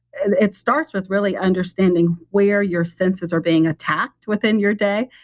and it starts with really understanding where your senses are being attacked within your day.